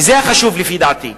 לדעתי,